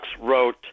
wrote